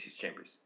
Chambers